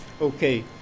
Okay